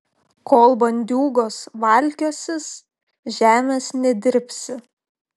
kol bandiūgos valkiosis žemės nedirbsi